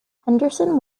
henderson